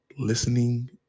listening